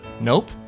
Nope